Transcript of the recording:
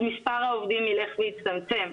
אז מספר העובדים ילך ויצטמצם,